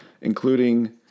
including